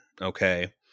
Okay